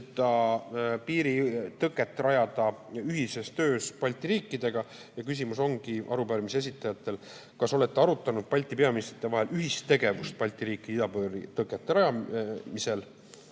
piiritõket rajada ühises töös Balti riikidega. Ja küsimus ongi arupärimise esitajatel: kas olete arutanud Balti peaministrite vahel ühistegevust Balti riikide idapiiri tõkete rajamisel?